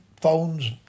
phones